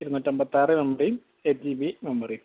ഇരുന്നൂറ്റൻമ്പത്താറ് M B eight G B മെമ്മറിയും